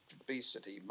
obesity